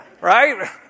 Right